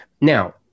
Now